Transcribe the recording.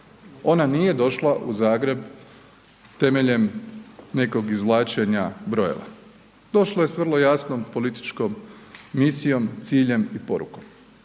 ona nije došla u Zagreb temeljem nekog izvlačenja brojeva, došla je s vrlo jasnom političkom misijom, ciljem i porukom